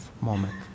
moment